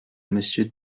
monsieur